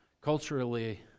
Culturally